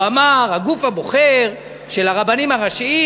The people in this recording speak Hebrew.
והוא אמר: הגוף הבוחר של הרבנים הראשיים,